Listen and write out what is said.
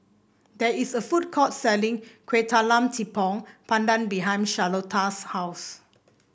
there is a food court selling Kuih Talam Tepong Pandan behind Charlotta's house